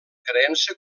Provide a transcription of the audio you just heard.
creença